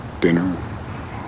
dinner